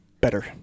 Better